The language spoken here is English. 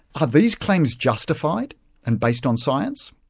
are these claims justified and based on science?